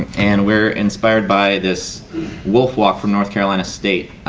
and we are inspired by this wolf walk from north carolina state.